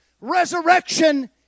resurrection